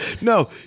No